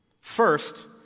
First